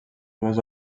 dues